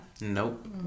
Nope